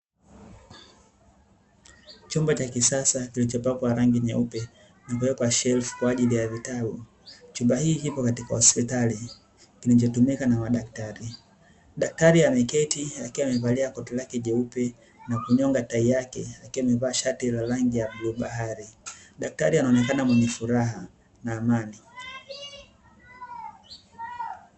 Chumba cha kisasa kilichopakwa rangi nyeupe, imewekwa shelfu kwa ajili ya vitabu. Chumba hiki kipo katika hospitali, kinachotumika na madaktari. Daktari ameketi akiwa amevalia koti lake jeupe na kunyonga tai yake akiwa amevaa shati la rangi ya bluu bahari, daktari anaonekana mwenye furaha na amani.